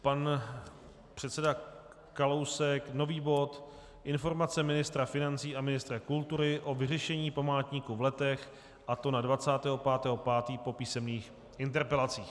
Pan předseda Kalousek nový bod Informace ministra financí a ministra kultury o vyřešení památníku v Letech, a to na 25. 5. po písemných interpelacích.